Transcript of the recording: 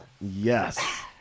Yes